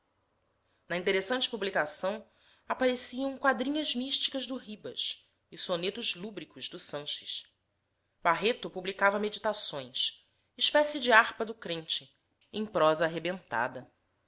na interessante publicação apareciam quadrinhas místicas do ribas e sonetos lúbricos do sanches barreto publicava meditações espécie de harpa do crente em prosa arrebentada